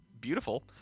beautiful